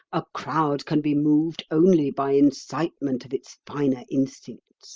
a crowd can be moved only by incitement of its finer instincts